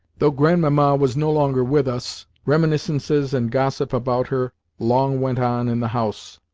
though grandmamma was no longer with us, reminiscences and gossip about her long went on in the house.